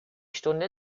stunde